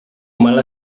mal